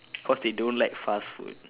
cause they don't like fast food